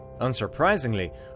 Unsurprisingly